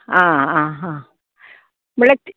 आं आं हा म्हळ्या